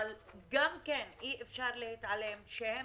אבל גם אי אפשר להתעלם שהם